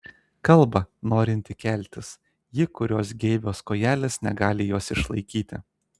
kalba norinti keltis ji kurios geibios kojelės negali jos išlaikyti